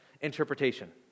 interpretation